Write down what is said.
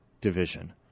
Division